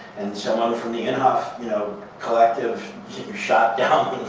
and someone from the inhofe you know collective shot down